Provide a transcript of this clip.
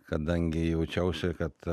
kadangi jaučiausi kad